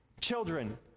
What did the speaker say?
Children